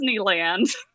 Disneyland